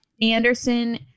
Anderson